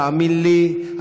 תאמין לי,